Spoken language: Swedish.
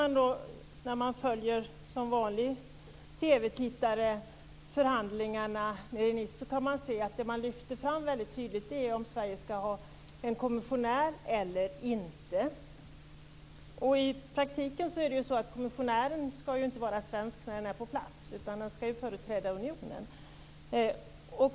När man som vanlig TV-tittare följer förhandlingarna nere i Nice kan man se att det som lyfts fram väldigt tydligt är om Sverige ska ha en kommissionär eller inte. I praktiken ska ju kommissionären inte vara svensk när den är på plats, utan den ska ju företräda unionen.